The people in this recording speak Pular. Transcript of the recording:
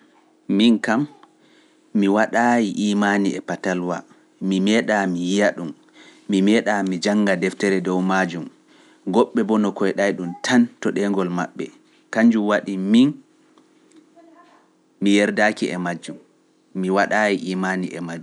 Min kam, mi waɗaayi iimaani e Patalwa, mi meeɗa mi yiya ɗum, mi meeɗa mi jannga deftere dow maajum, goɗɓe boo no koyɗay ɗum tan to ɗeengol maɓɓe, kanjum waɗi min mi yerdaaki e majjum, mi waɗaayi iimaani e majjum.